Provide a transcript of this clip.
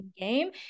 game